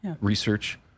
research